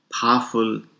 powerful